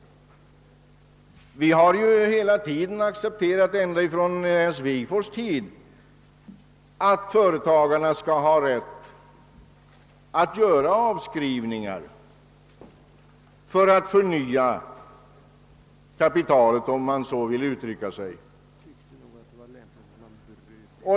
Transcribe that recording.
Vi har ända sedan Ernst Wigforss” tid accepterat att företagarna skall ha rätt att göra avskrivningar för att förnya kapitalet, om jag så får uttrycka mig.